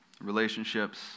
relationships